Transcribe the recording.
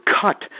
cut